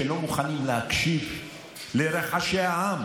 שלא מוכנים להקשיב לרחשי העם,